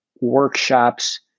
workshops